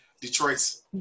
Detroit's